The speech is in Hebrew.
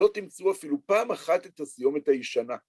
לא תמצאו אפילו פעם אחת את הסיומת הישנה.